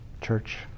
Church